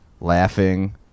Laughing